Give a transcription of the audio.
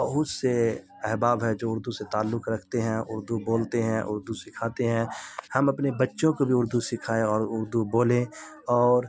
بہت سے احباب ہیں جو اردو سے تعلق رکھتے ہیں اردو بولتے ہیں اردو سکھاتے ہیں ہم اپنے بچوں کو بھی اردو سکھائیں اور اردو بولیں اور